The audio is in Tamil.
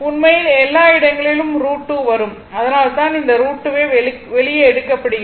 உண்மையில் எல்லா இடங்களிலும் √2 வரும் அதனால்தான் இந்த √2 வெளியே எடுக்கப்படுகிறது